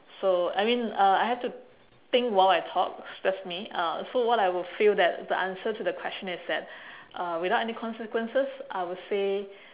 so I mean uh I have to think while I talk that's me so what I would feel that is the answer to the question is that uh without any consequences I will say